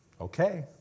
Okay